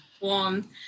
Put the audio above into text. warm